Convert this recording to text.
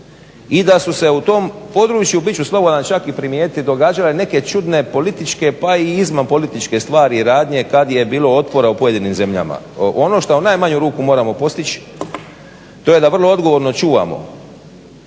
i da su se u tom području bit ću slobodan čak i primijetiti događale neke čudne politike pa i izvan političke stvari i radnje kada je bilo otpora u pojedinim zemljama. Ono što je u najmanju ruku moramo postići to je da vrlo odgovorno čuvamo